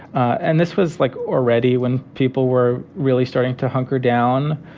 and this was like already when people were really starting to hunker down.